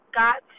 got